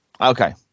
Okay